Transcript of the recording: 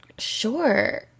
Sure